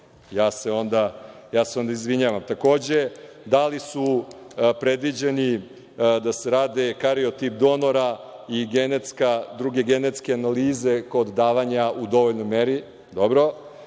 Ja se onda izvinjavam. Takođe, da li su predviđeni da se rade kariotip donora i druge genetske analize kod davanja u dovoljnoj meri? Dobro.